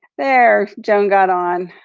there, joan got on.